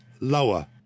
lower